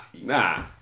nah